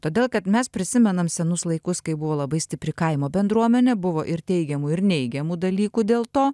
todėl kad mes prisimenam senus laikus kai buvo labai stipri kaimo bendruomenė buvo ir teigiamų ir neigiamų dalykų dėl to